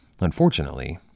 Unfortunately